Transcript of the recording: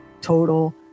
total